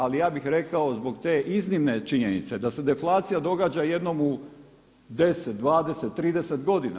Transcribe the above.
Ali ja bih rekao zbog te iznimne činjenice da se deflacija događa jednom u 10, 20, 30 godina.